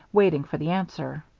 waiting for the answer.